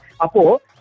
Apo